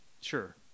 Sure